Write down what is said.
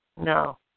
No